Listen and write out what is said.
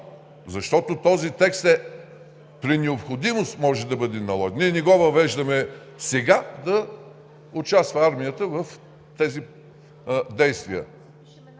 Защото този текст при необходимост може да бъде въведен. Ние не го въвеждаме сега да участва армията в тези действия.